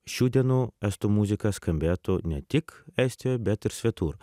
šių dienų estų muzika skambėtų ne tik estijoj bet ir svetur